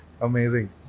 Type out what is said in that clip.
Amazing